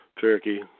turkey